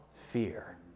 fear